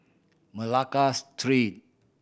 Malacca Street